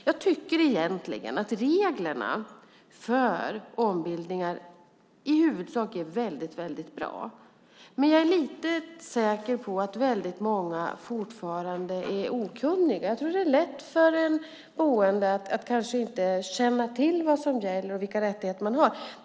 Jag tycker egentligen att reglerna för ombildningar i huvudsak är väldigt bra. Men jag är säker på att väldigt många fortfarande är okunniga. Jag tror att det är lätt hänt att en boende kanske inte känner till vad som gäller och vilka rättigheter man har.